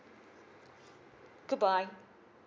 goodbye